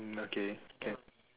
okay can